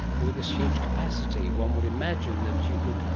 with this huge capacity one would imagine that you could,